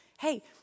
Hey